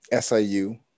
SIU